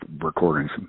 recordings